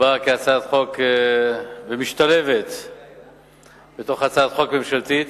באה כהצעת חוק שמשתלבת בתוך הצעת חוק ממשלתית.